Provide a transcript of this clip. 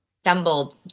stumbled